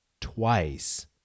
twice